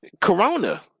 Corona